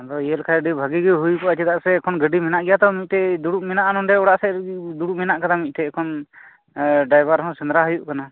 ᱟᱫᱚ ᱤᱭᱟᱹ ᱞᱮᱠᱷᱟᱡ ᱟᱹᱰᱤ ᱵᱷᱟᱹᱜᱤ ᱜᱮ ᱦᱩᱭ ᱠᱚᱜᱼᱟ ᱪᱮᱫᱟᱜ ᱥᱮ ᱜᱟᱹᱰᱤ ᱢᱮᱱᱟᱜ ᱜᱮᱭᱟ ᱛᱚ ᱫᱩᱲᱩᱵ ᱢᱮᱱᱟᱜᱼᱟ ᱱᱚᱸᱰᱮ ᱚᱲᱟᱜ ᱥᱮᱡ ᱨᱮᱜᱮ ᱫᱩᱲᱩᱵ ᱢᱮᱱᱟᱜ ᱠᱟᱫᱟ ᱢᱤᱜᱴᱷᱮᱡ ᱮᱠᱷᱚᱱ ᱮᱸ ᱰᱟᱭᱵᱟᱨ ᱦᱚᱸ ᱥᱮᱸᱫᱽᱨᱟ ᱦᱩᱭᱩᱜ ᱠᱟᱱᱟ